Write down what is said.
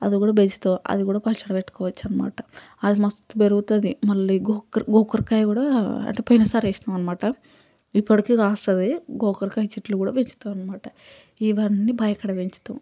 అదికూడ పెంచుతాం అదికూడా పచ్చడి పెట్టుకోవచ్చు అనమాట అది మస్త్ పెరుగుతుంది మళ్ళీ గోకర గోకరకాయ కూడా అంటే పోయినసారి వేసినాం అనమాట ఇప్పటికీ కాస్తుంది గోకరకాయ చెట్లు కూడ పెంచుతాం అనమాట ఇవన్నీ బావికాడ పెంచుతాం